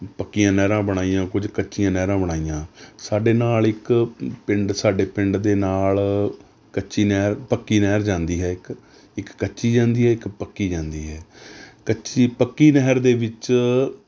ਪੱਕੀਆਂ ਨਹਿਰਾਂ ਬਣਾਈਆਂ ਕੁਝ ਕੱਚੀਆਂ ਨਹਿਰਾਂ ਬਣਾਈਆਂ ਸਾਡੇ ਨਾਲ ਇੱਕ ਪਿੰਡ ਸਾਡੇ ਪਿੰਡ ਦੇ ਨਾਲ ਕੱਚੀ ਨਹਿਰ ਪੱਕੀ ਨਹਿਰ ਜਾਂਦੀ ਹੈ ਇੱਕ ਇੱਕ ਕੱਚੀ ਜਾਂਦੀ ਹੈ ਇੱਕ ਪੱਕੀ ਜਾਂਦੀ ਹੈ ਕੱਚੀ ਪੱਕੀ ਨਹਿਰ ਦੇ ਵਿੱਚ